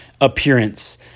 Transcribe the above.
appearance